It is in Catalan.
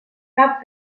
cap